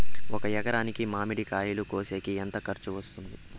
ఒక ఎకరాకి మామిడి కాయలు కోసేకి ఎంత ఖర్చు వస్తుంది?